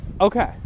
Okay